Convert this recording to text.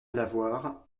lavoir